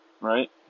right